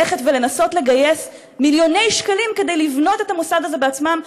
ללכת ולנסות לגייס מיליוני שקלים כדי לבנות את המוסד הזה בעצמם,